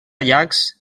llacs